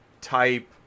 type